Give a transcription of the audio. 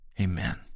Amen